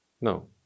No